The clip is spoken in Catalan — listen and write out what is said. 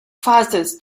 fases